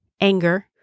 anger